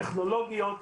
טכנולוגיות,